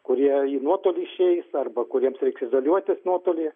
kurie į nuotolį išeis arba kuriems reiks izoliuotis nuotoly